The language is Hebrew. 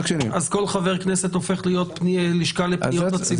כל חבר כנסת הופך להיות לשכה של פניות הציבור.